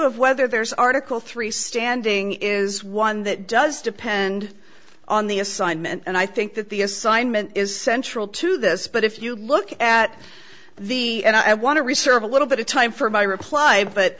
of whether there's article three standing is one that does depend on the assignment and i think that the assignment is central to this but if you look at the and i want to research a little bit of time for my reply but